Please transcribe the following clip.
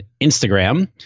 Instagram